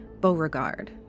Beauregard